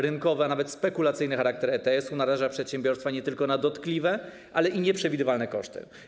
Rynkowy, a nawet spekulacyjny charakter ETS-u naraża przedsiębiorstwa nie tylko na dotkliwe, ale i nieprzewidywalne koszty.